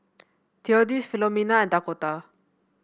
Theodis Filomena and Dakotah